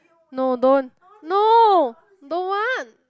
no don't no don't want